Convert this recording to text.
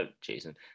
Jason